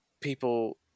people